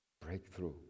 Breakthrough